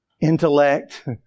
Intellect